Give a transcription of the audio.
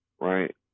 right